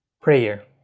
prayer